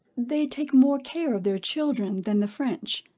they take more care of their children than the french,